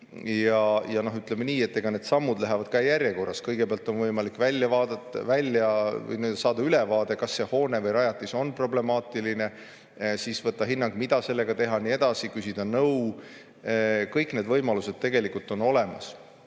Ja ütleme nii, et need sammud lähevad ka järjekorras. Kõigepealt on võimalik saada ülevaade, kas see hoone või rajatis on problemaatiline, siis võtta hinnang, mida sellega teha ja nii edasi, küsida nõu. Kõik need võimalused on olemas.